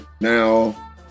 now